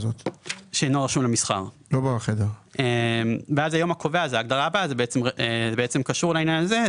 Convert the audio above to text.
אז היום הקובע זאת ההגדרה הבאה - קשור לעניין זה.